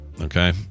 Okay